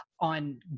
on